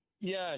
Yes